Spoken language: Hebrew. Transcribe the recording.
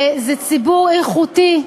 זה ציבור איכותי,